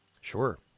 sure